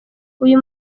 uyu